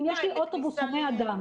אם יש לי אוטובוס הומה אדם,